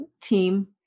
team